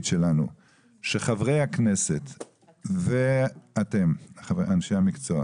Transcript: שלנו שחברי הכנסת ואתם, אנשי המקצוע,